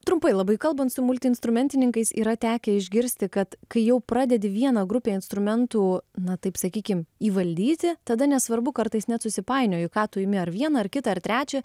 trumpai labai kalbant su multiinstrumentininkais yra tekę išgirsti kad kai jau pradedi vieną grupę instrumentų na taip sakykim įvaldyti tada nesvarbu kartais net susipainioji ką tu imi ar vieną ar kitą ar trečią